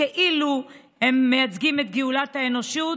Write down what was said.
כאילו הם מייצגים את גאולת האנושות.